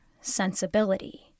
sensibility